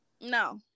No